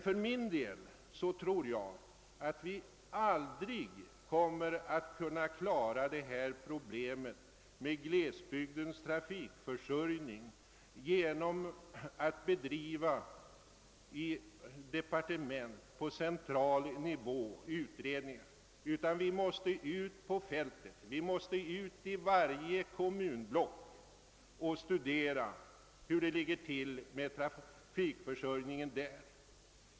För min del tror jag emellertid, att vi aldrig kommer att kunna klara problemen med glesbygdens trafikförsörjning genom att bedriva utredningar i departement eller på central nivå, utan vi måste ut på fältet. Vi måste ut i varje kommunblock och studera hur det ligger till med trafikförsörjningen där.